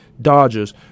Dodgers